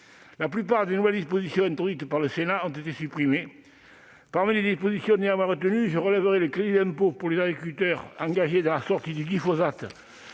La plupart des nouvelles dispositions introduites par le Sénat ont été supprimées. Parmi les dispositions néanmoins retenues, je relève le crédit d'impôt pour les agriculteurs engagés dans la sortie du glyphosate